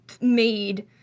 made